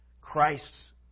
Christ's